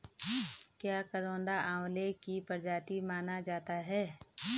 क्या करौंदा आंवले की प्रजाति माना जाता है?